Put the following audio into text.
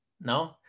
No